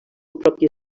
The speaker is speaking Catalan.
propi